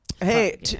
Hey